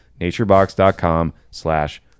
Naturebox.com/slash